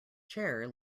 chair